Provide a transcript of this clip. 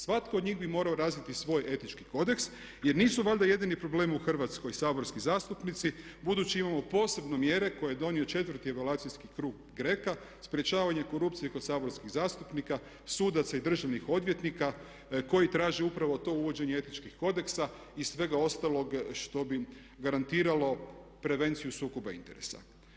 Svatko od njih bi morao razviti svoj etički kodeks jer nisu valjda jedini problem u Hrvatskoj saborski zastupnici budući imamo posebno mjere koje je donio 4.-ti evaluacijski krug GRECO-a sprečavanje korupcije kod saborskih zastupnika, sudaca i državnih odvjetnika koji traže upravo to uvođenje etičkih kodeksa i svega ostalog što bi garantiralo prevenciju sukoba interesa.